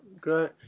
great